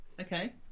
Okay